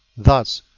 thus,